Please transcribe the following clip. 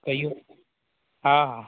कहियौ हँ हँ